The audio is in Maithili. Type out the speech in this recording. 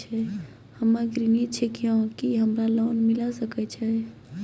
हम्मे गृहिणी छिकौं, की हमरा लोन मिले सकय छै?